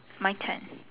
my turn